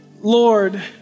Lord